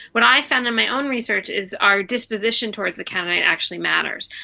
what i found in my own research is our disposition towards the candidate actually matters.